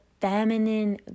feminine